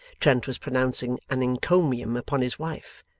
trent was pronouncing an encomium upon his wife,